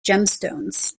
gemstones